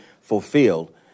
fulfilled